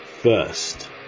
First